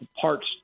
parts